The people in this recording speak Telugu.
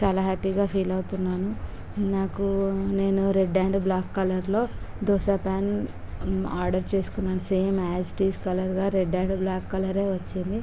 చాలా హ్యాపీగా ఫీల్ అవుతున్నాను నాకు నేను రెడ్ అండ్ బ్లాక్ కలర్లో దోస పాన్ ఆర్డర్ చేసుకున్నాను సేమ్ ఆస్ ఇట్ ఈస్ కలర్గా రెడ్ అండ్ బ్లాక్ కలర్ వచ్చింది